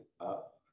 up